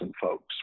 folks